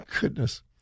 goodness